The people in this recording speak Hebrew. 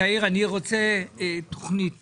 תאיר, אני רוצה תכנית